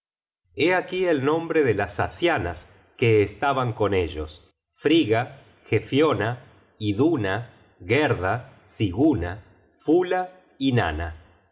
aquí el nombre de las asianas que estaban con ellos frigga gefiona iduna gerda siguna fula y nanna